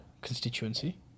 constituency